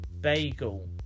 bagel